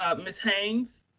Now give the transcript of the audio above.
ah ms. haynes,